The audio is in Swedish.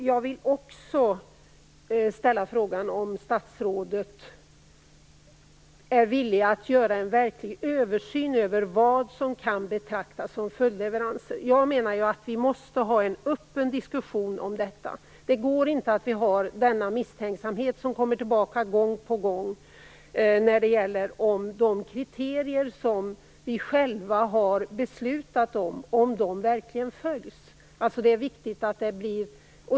Jag vill också ställa frågan om statsrådet är villig att göra en verklig översyn av vad som kan betraktas som följdleveranser. Jag menar att vi måste ha en öppen diskussion om detta. Det går inte att ha denna misstänksamhet som kommer tillbaka gång på gång när det gäller om de kriterier som vi själva har beslutat om verkligen följs.